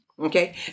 Okay